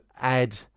add